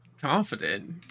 confident